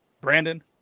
Brandon